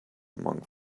among